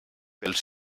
pels